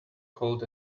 cold